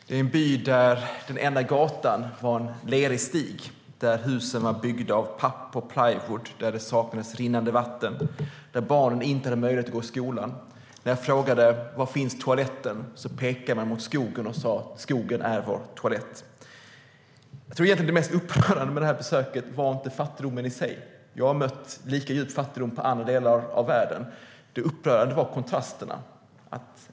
Det är en by där den enda gatan är en lerig stig, där husen är byggda av papp och plywood, där det saknas rinnande vatten och där barnen inte har möjlighet att gå i skolan. När jag frågade var toaletten fanns pekade man mot skogen och sa: Skogen är vår toalett. Det mest upprörande med det här besöket var egentligen inte fattigdomen i sig. Jag har mött lika djup fattigdom i andra delar av världen. Det mest upprörande var kontrasterna.